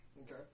okay